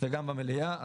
וגם במליאה.